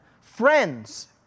friends